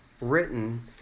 written